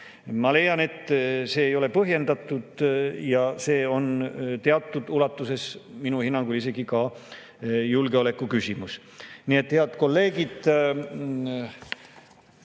Ma leian, et see ei ole põhjendatud, ja see on teatud ulatuses minu hinnangul isegi julgeolekuküsimus. Nii et, head kolleegid,